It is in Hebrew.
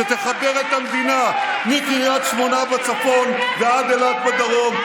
שתחבר את המדינה מקריית שמונה בצפון ועד אילת בדרום,